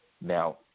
Now